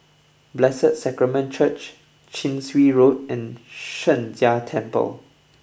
Blessed Sacrament Church Chin Swee Road and Sheng Jia Temple